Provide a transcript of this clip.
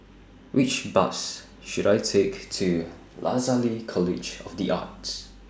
Which Bus should I Take to Lasalle College of The Arts